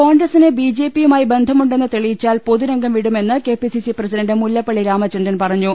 കോൺഗ്രസിന് ബിജെപിയുമായി ബന്ധമുണ്ടെന്ന് തെളിയി ച്ചാൽ പൊതുരംഗം വിടുമെന്ന് K P C C president Mullappally Ramachandran പറഞ്ഞു